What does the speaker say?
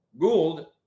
Gould